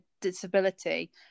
disability